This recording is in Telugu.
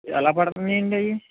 ఎలా పడుతున్నాయండి అవి